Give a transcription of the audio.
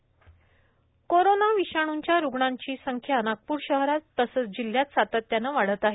Nitin Raut corona विषाणूंच्या रुग्णांची संख्या नागप्र शहरात तसेच जिल्ह्यात सातत्याने वाढत आहे